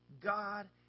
God